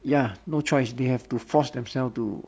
ya no choice they have to force themselves to